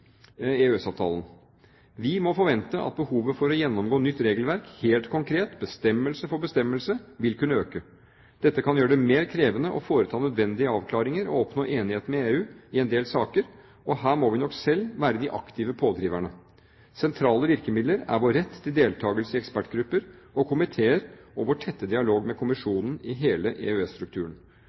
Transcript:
Vi må forvente at behovet for å gjennomgå nytt regelverk helt konkret, bestemmelse for bestemmelse, vil kunne øke. Dette kan gjøre det mer krevende å foreta nødvendige avklaringer og oppnå enighet med EU i en del saker, og her må vi nok selv være de aktive pådriverne. Sentrale virkemidler er vår rett til deltakelse i ekspertgrupper og komiteer og vår tette dialog med kommisjonen i hele